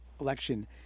election